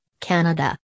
Canada